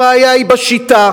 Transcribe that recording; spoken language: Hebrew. הבעיה היא בשיטה.